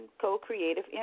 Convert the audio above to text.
co-creative